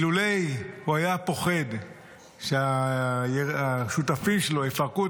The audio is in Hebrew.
אילולא הוא היה פוחד שהשותפים שלו יפרקו